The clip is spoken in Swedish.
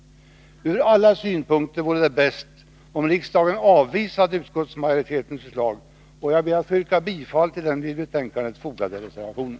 Ur alla synpunkter vore det bäst om riksdagen avvisade utskottsmajoritetens förslag, och jag ber att få yrka bifall till den vid betänkandet fogade reservationen.